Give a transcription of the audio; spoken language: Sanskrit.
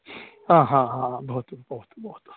हा हा हा हा भवतु भवतु भवतु